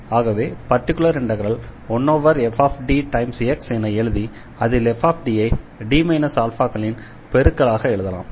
ஆகவே particular integral 1fDX என எழுதி அதில் fD ஐ D αக்களின் பெருக்கலாக எழுதலாம்